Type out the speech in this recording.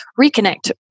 reconnect